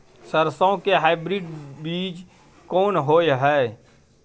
सरसो के हाइब्रिड बीज कोन होय है?